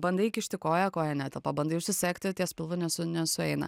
bandai įkišti koją koja netelpa bandai užsisegti ties pilvu nesueina